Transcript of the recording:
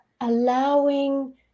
allowing